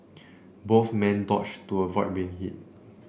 both men dodged to avoid being hit